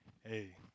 Hey